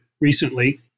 recently